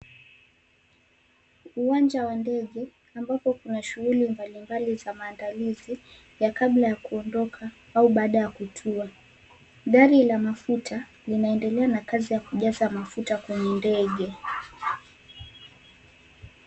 Uwanja wa ndege ambapo kuna shughuli mbalimbali za maandalizi ya kabla ya kuondoka au baada ya kutua. Gari ya mafuta linaendelea na kazi ya kujaza mafuta kwenye ndege.